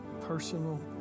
personal